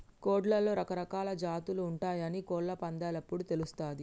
కోడ్లలో రకరకాలా జాతులు ఉంటయాని కోళ్ళ పందేలప్పుడు తెలుస్తది